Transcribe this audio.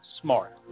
Smart